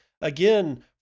Again